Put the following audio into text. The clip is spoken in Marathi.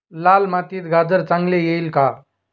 लाल मातीत गाजर चांगले येईल का?